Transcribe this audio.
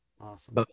Awesome